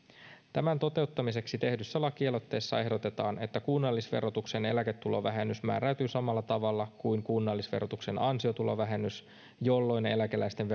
tämän toteuttamiseksi tehdyssä lakialoitteessa ehdotetaan että kunnallisverotuksen eläketulovähennys määräytyy samalla tavalla kuin kunnallisverotuksen ansiotulovähennys jolloin eläkeläisten